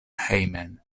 hejmen